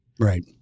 Right